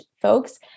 folks